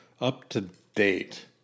up-to-date